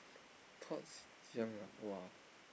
thoughts 讲 lah !wah!